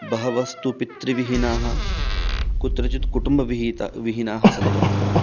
बहवस्तु पितृविहीनाः कुत्रचित् कुटुम्बविहीत विहीनाः सञ्जाताः